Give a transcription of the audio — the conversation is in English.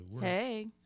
Hey